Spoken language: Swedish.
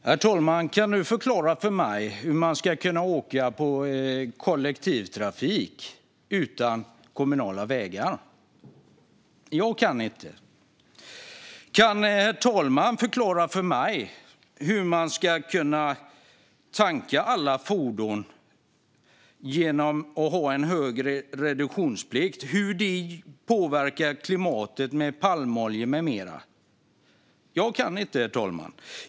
Herr talman! Kan du, Emma Berginger, förklara för mig hur man ska kunna åka i kollektivtrafik utan kommunala vägar? Jag kan inte det. Kan herr talmannen förklara för mig hur man ska kunna tanka alla fordon genom att ha en högre reduktionsplikt och hur det påverkar klimatet med palmoljor med mera? Jag kan inte det, herr talman.